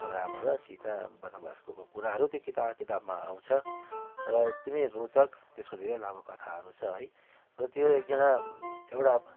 राम र सीता वनवास गएको कुराहरू त्यो किता किताबमा आउँछ र अति नै रोचक त्यसको धेरै लामो कथाहरू छ है र त्यो एकजना एउटा